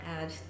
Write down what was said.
add